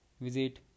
visit